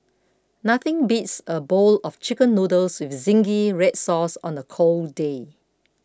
nothing beats a bowl of Chicken Noodles with Zingy Red Sauce on a cold day